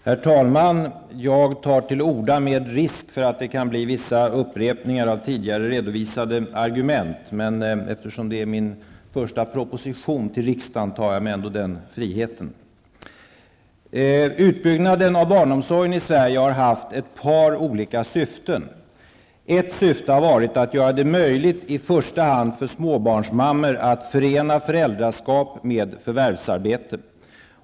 Herr talman! Jag tar till orda med risk för att det blir vissa upprepningar av tidigare redovisade argument. Men eftersom det handlade om min första proposition till riksdagen tar jag mig den här friheten. Utbyggnaden av barnomsorgen i Sverige har haft ett par olika syften. Ett syfte har varit att göra det möjligt i första hand för småbarnsmammor att förena föräldraskap med förvärvsarbete.